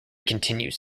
continues